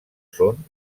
són